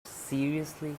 seriously